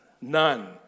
None